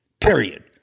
period